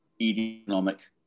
economic